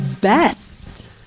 best